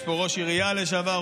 יש פה ראש עירייה לשעבר,